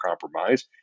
compromise